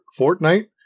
Fortnite